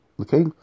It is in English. okay